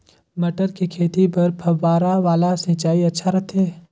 मटर के खेती बर फव्वारा वाला सिंचाई अच्छा रथे?